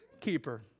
keeper